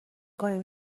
کنیم